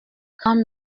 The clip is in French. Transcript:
grand